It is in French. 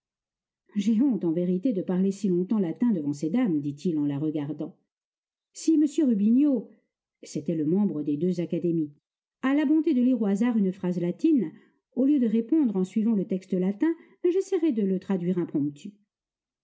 j'ai honte en vérité de parler si longtemps latin devant ces dames dit-il en la regardant si m rubigneau c'était le membre des deux académies a la bonté de lire au hasard une phrase latine au lieu de répondre en suivant le texte latin j'essayerai de le traduire impromptu